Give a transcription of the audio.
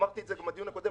אמרתי את זה גם בדיון הקודם